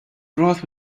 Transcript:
broth